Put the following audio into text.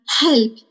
help